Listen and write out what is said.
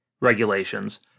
regulations